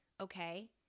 okay